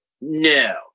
no